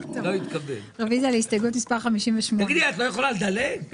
אלא אם כן אתם גם תדעו לעמוד ולהגן על